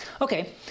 Okay